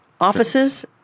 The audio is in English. Offices